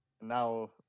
Now